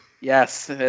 Yes